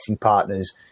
partners